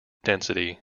density